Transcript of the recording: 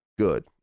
Good